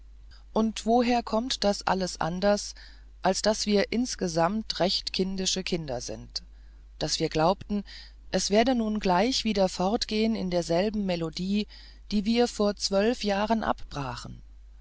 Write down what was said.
und woher kommt das alles anders als daß wir insgesamt recht kindische kinder sind daß wir glaubten es werde nun gleich wieder fortgehen in derselben melodie die wir vor zwölf jahren abbrachen